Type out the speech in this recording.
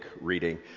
reading